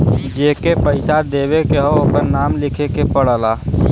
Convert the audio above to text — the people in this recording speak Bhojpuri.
जेके पइसा देवे के हौ ओकर नाम लिखे के पड़ला